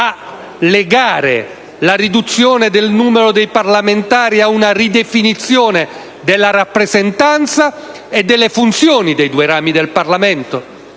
a legare la riduzione del numero dei parlamentari a una ridefinizione della rappresentanza e delle funzioni dei due rami del Parlamento?